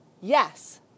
Yes